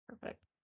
perfect